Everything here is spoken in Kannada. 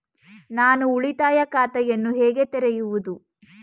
ನಾನು ಉಳಿತಾಯ ಖಾತೆಯನ್ನು ಹೇಗೆ ತೆರೆಯುವುದು?